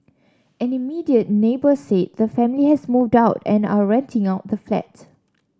an immediate neighbour said the family has moved out and are renting out the flat